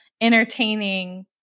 entertaining